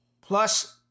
plus